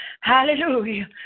hallelujah